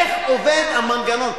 איך עובד המנגנון?